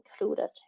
included